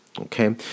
Okay